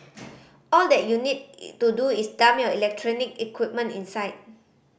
all that you need to do is dump your electronic equipment inside